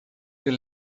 you